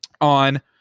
on